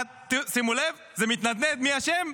שימו לב: זה מתנדנד, מי אשם?